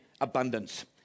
abundance